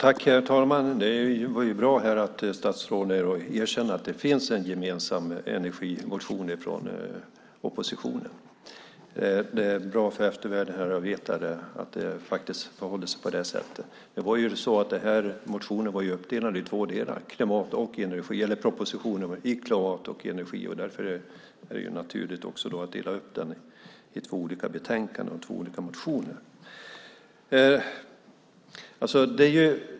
Herr talman! Det var bra att statsrådet erkänner att det finns en gemensam energimotion från oppositionen. Det är bra för eftervärlden att veta att det faktiskt förhåller sig på det sättet. Det var ju så att propositionen var uppdelad i två delar, klimat och energi. Därför var det naturligt att dela upp den i två olika betänkanden och två olika motioner.